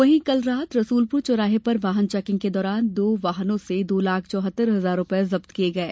वहीं कल रात रसूलपुर चौराहे पर वाहन चैकिंग के दौरान दो वाहनो से दो लाख चौहत्तर हजार रुपये जब्त किये गये